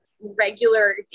regular